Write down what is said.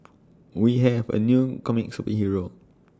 we have A new comic superhero